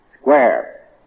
square